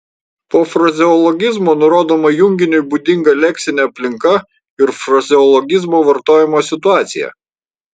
po frazeologizmo nurodoma junginiui būdinga leksinė aplinka ir frazeologizmo vartojimo situacija